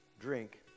Drink